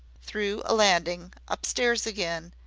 through a landing, upstairs again,